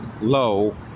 low